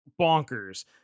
bonkers